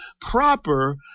proper